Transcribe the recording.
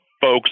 folks